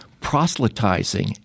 proselytizing